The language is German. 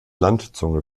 landzunge